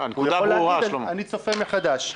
הוא יכול להגיד: אני צופה מחדש.